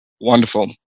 Wonderful